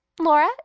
Laura